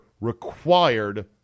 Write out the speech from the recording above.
required